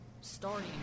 starting